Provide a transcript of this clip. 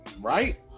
right